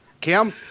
Kim